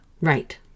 Right